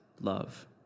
love